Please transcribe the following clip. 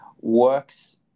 works